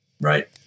right